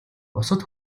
бусад